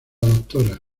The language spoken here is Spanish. dra